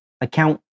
Account